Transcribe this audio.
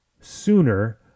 sooner